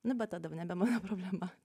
nu bet tada jau nebe mano problema